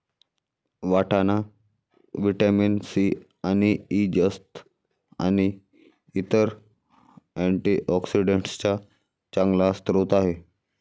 वाटाणा vitamin C आणि E, जस्त आणि इतर अँटीऑक्सिडेंट्सचा चांगला स्रोत आहे